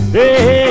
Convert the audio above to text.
Hey